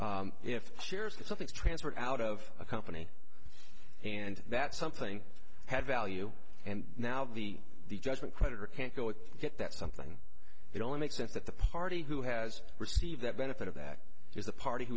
if if shares that something's transferred out of a company and that something had value and now the the judgment creditor can't go and get that something it only makes sense that the party who has received that benefit of that is the party who